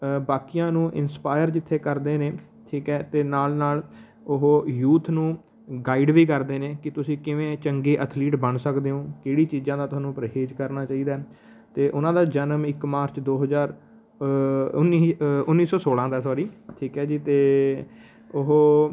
ਅ ਬਾਕੀਆਂ ਨੂੰ ਇਨਸਪਾਇਰ ਜਿੱਥੇ ਕਰਦੇ ਨੇ ਠੀਕ ਹੈ ਅਤੇ ਨਾਲ ਨਾਲ ਉਹ ਯੂਥ ਨੂੰ ਗਾਈਡ ਵੀ ਕਰਦੇ ਨੇ ਕਿ ਤੁਸੀਂ ਕਿਵੇਂ ਚੰਗੇ ਅਥਲੀਟ ਬਣ ਸਕਦੇ ਹੋ ਕਿਹੜੀ ਚੀਜ਼ਾਂ ਦਾ ਤੁਹਾਨੂੰ ਪਰਹੇਜ਼ ਕਰਨਾ ਚਾਹੀਦਾ ਅਤੇ ਉਨ੍ਹਾਂ ਦਾ ਜਨਮ ਇੱਕ ਮਾਰਚ ਦੋ ਹਜ਼ਾਰ ਉੱਨੀ ਉੱਨੀ ਸੌ ਸੌਲ੍ਹਾਂ ਦਾ ਸੌਰੀ ਠੀਕ ਹੈ ਜੀ ਅਤੇ ਉਹ